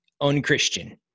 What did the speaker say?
unchristian